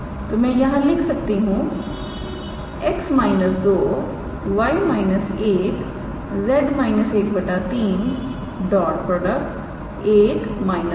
तो मैं यहां लिख सकता हूं 𝑋 − 2 𝑌 − 1 𝑍 − 1 3 1 −22 0